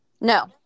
No